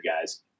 guys